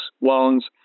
loans